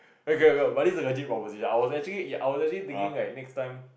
okay okay but this is legit proposition I was actually I was actually thinking like next time